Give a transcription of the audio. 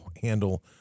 handle